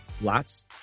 Lots